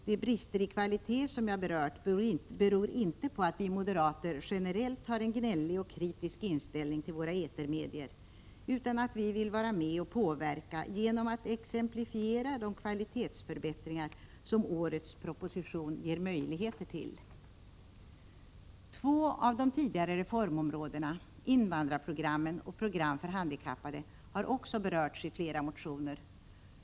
De brister i kvalitet som jag berört beror inte på att vi moderater generellt har en gnällig och kritisk inställning till våra etermedier utan på att vi vill vara med och påverka genom att exemplifiera de kvalitetsförbättringar som årets proposition ger möjligheter till. Två av de tidigare reformområdena, invandrarprogrammen och program för handikappade, har också berörts i flera motioner.